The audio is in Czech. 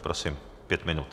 Prosím, pět minut.